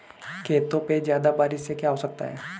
खेतों पे ज्यादा बारिश से क्या हो सकता है?